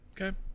Okay